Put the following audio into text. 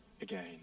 again